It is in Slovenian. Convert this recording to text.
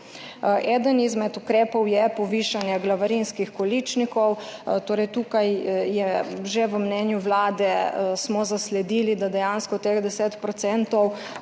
Eden izmed ukrepov je povišanje glavarinskih količnikov. Tukaj smo že v mnenju Vlade zasledili, da dejansko teh 10